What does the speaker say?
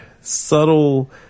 subtle